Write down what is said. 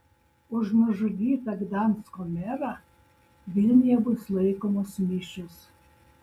už nužudytą gdansko merą vilniuje bus laikomos mišios